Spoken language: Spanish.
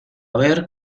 ver